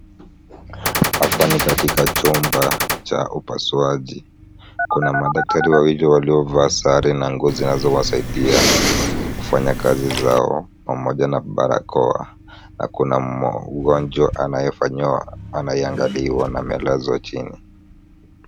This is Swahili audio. Hapa ni katika chumba cha upasuaji. Kuna madaktari wawili waliovaa sare na nguo zinazowasaidia kufanya kazi zao pamoja na barakoa na kuna mgonjwa anayeangaliwa na amelazwa chini.